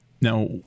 Now